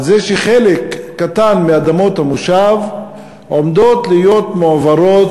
זה שחלק קטן מאדמות המושב עומדות להיות מועברות